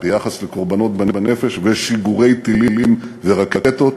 ביחס לקורבנות בנפש ושיגורי טילים ורקטות,